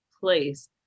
place